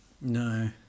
No